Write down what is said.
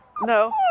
No